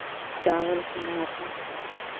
चावल का आटा